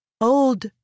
Old